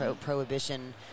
prohibition